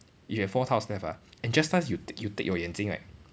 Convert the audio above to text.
you have four tiles left ah and just nice you t~ you take your 眼睛 right